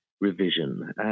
revision